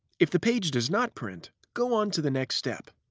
if the page does not print, go on to the next step.